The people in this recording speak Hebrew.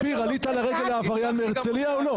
אופיר, עלית לרגל לעבריין מהרצליה או לא?